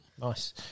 Nice